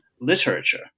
literature